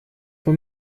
für